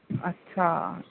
अच्छा